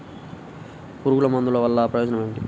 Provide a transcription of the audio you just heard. పురుగుల మందుల వల్ల ప్రయోజనం ఏమిటీ?